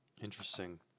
Interesting